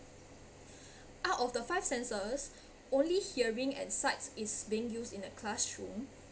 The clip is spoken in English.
out of the five senses only hearing and sights is being used in the classroom